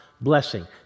blessing